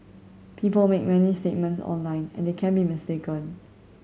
people make many statement online and they can be mistaken